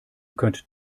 könnt